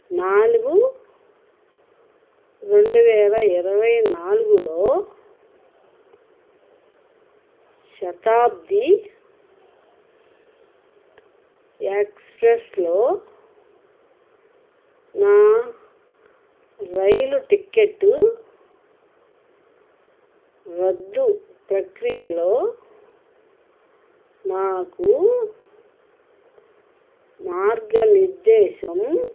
నాలుగు రెండు వేల ఇరవై నాలుగులో శతాబ్ది ఎక్స్ప్రెస్లో నా రైలు టిక్కెట్టు రద్దు ప్రక్రియలో నాకు మార్గనిర్దేశం